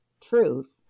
truth